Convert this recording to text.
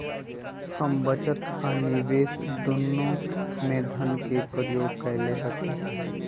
हम बचत आ निवेश दुन्नों में धन के प्रयोग कयले हती